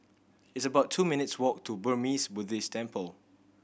it's about two minutes' walk to Burmese Buddhist Temple